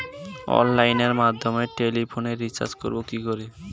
অনলাইনের মাধ্যমে টেলিফোনে রিচার্জ করব কি করে?